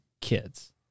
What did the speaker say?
kids